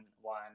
one